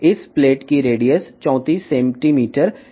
ఈ ప్లేట్ యొక్క వ్యాసార్థం 34 సెం